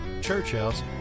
Churchhouse